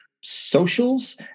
socials